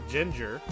Ginger